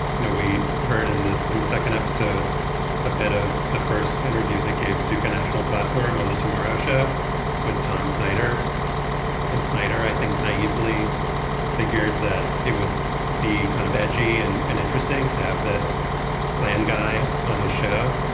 know, we heard and in that in the second episode a bit of the first interview that gave duke a national platform on the tomorrow show with tom snyder and snyder, i think naively figured that it would be kind of edgy and and interesting to have this klan guy on his show.